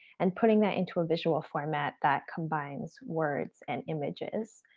and putting that into a visual format that combines words and images.